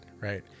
right